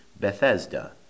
Bethesda